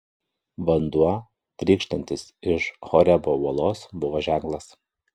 vanduo trykštantis iš horebo uolos buvo ženklas